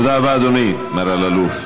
תודה רבה, אדוני, מר אלאלוף.